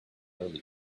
early